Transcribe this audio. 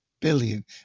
billion